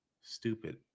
stupid